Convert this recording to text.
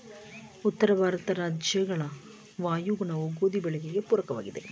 ಉತ್ತರ ಭಾರತದ ರಾಜ್ಯಗಳ ವಾಯುಗುಣವು ಗೋಧಿ ಬೆಳವಣಿಗೆಗೆ ಪೂರಕವಾಗಿದೆ,